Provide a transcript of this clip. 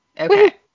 Okay